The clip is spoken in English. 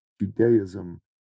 Judaism